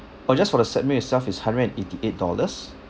oh just for the set meal itself is hundred and eighty eight dollars